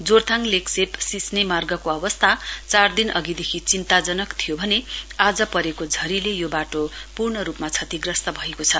जोरथाङ लेग्शेप सिस्ने मार्गको अवस्था चारदिन अघिदेखि चिन्ताजनक थियो भने आज परेको झरीले यो बाटो पूर्ण रूपमा क्षतिग्रस्त भएको छ